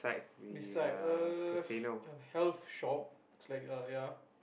beside uh a health shop it's like a ya